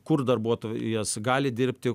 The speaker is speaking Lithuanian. kur darbuotojas gali dirbti